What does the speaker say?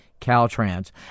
Caltrans